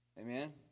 amen